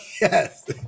Yes